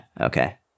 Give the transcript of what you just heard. Okay